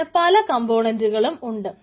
അതിനു പല കംപൊണന്റുകളും ഉണ്ട്